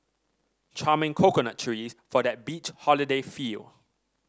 charming coconut trees for that beach holiday feel